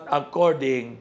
according